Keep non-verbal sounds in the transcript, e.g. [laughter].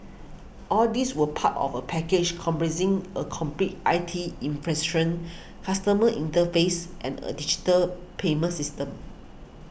all these were part of a package comprising a complete I T [unintelligible] customer interface and a digital payment system